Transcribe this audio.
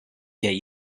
jäi